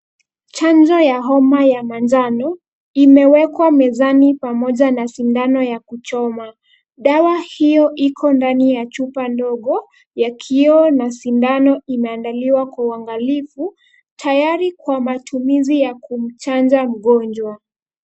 Chanjo ya homa ya manjano, imewekwa mezani pamoja na sindano ya kuchoma. Dawa hiyo iko ndani ya chupa ndogo ya kioo na sindano inaandaliwa kwa uangalifu, tayari kwa matumizi ya kumchanja mgonjwa.